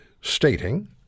stating